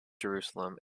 jerusalem